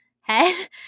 head